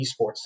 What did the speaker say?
esports